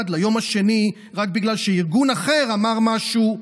ליום השני רק בגלל שארגון אחר אמר משהו,